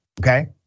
okay